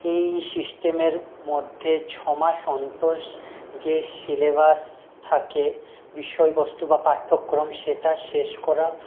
এই সিস্টেমের মধ্যে ছমাস অন্তর যে সিলেবাস থাকে বিষয়বস্তু বা পাঠ্যক্রম সেটা শেষ করা